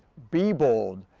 be bold,